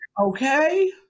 Okay